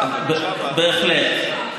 אני מוכנה, בהחלט.